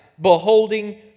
Beholding